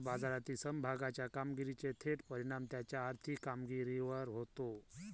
share बाजारातील समभागाच्या कामगिरीचा थेट परिणाम त्याच्या आर्थिक कामगिरीवर होतो